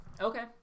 okay